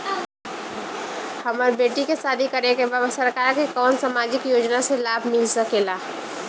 हमर बेटी के शादी करे के बा सरकार के कवन सामाजिक योजना से लाभ मिल सके ला?